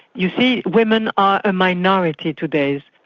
you see women are a minority today,